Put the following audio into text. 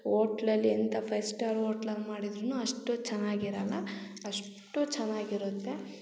ಓಟ್ಲಲ್ಲಿ ಎಂಥ five star ಓಟ್ಲಲ್ ಮಾಡಿದ್ದರೂನು ಅಷ್ಟು ಚೆನ್ನಾಗಿರಲ್ಲ ಅಷ್ಟು ಚೆನ್ನಾಗಿರುತ್ತೆ